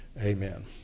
amen